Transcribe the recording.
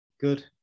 Good